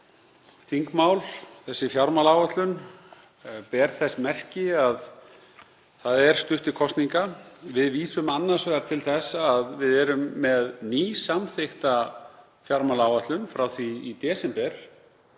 þingmál, fjármálaáætlun, ber þess merki að það er stutt til kosninga. Við vísum annars vegar til þess að við erum með nýsamþykkta fjármálaáætlun frá því í desember